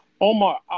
Omar